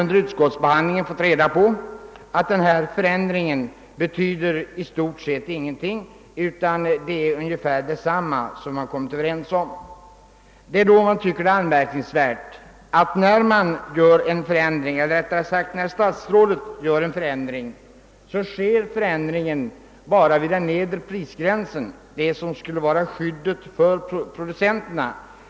Under utskottsbehandlingen har vi visserligen fått reda på att denna förändring betyder i stort sett ingenting utan det är ungefär vad man har kommit överens om, men det är anmärk ningsvärt att när statsrådet gör en förändring gäller denna endast den nedre prisgränsen — den som skulle vara ett skydd för producenterna.